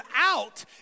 out